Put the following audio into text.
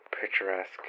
picturesque